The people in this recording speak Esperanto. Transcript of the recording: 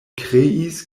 kreis